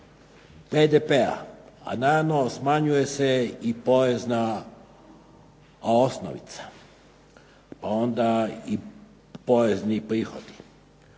BDP-a, a naravno smanjuje se i porezna osnovica. Pa onda i porezni prihodi.